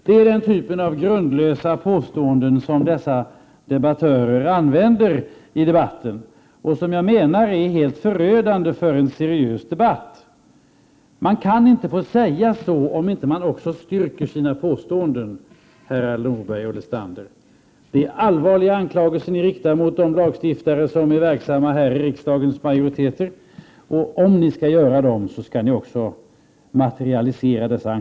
Det är den typ av grundlösa påståenden som dessa debattörer använder i debatten och som jag menar är helt förödande för en seriös debatt. Man kan inte säga så om man inte kan styrka sina påståenden, herrar Norberg och Lestander. Det är allvarliga anklagelser som ni riktar mot de lagstiftare som är verksamma i riksdagens majoriteter. Om ni skall framföra sådana anklagelser skall ni också materialisera dem.